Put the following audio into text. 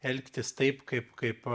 elgtis taip kaip kaip